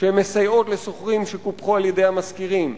שמסייעות לשוכרים שקופחו על-ידי המשכירים,